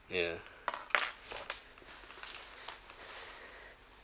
yeah